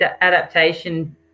adaptation